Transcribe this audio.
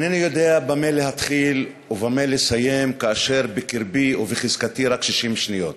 אינני יודע במה להתחיל ובמה לסיים כאשר בקרבי ובחזקתי רק 60 שניות,